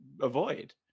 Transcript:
Avoid